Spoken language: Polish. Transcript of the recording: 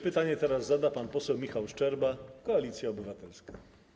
Pytanie zada pan poseł Michał Szczerba, Koalicja Obywatelska.